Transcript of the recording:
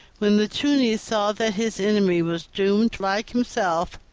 when the tunny saw that his enemy was doomed like himself,